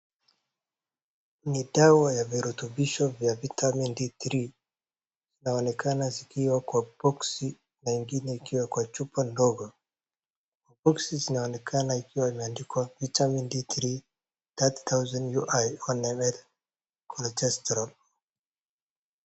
Ni dawa ya virutubisho vya Vitamin D3 , inaonekana zikiwa kwa boksi na ingine ikiwa kwa chupa ndogo. Kwa boksi zinaonekana ikiwa imeandikwa Vitamin D3 ,300 000 IU/1ml, Cholecalciferol .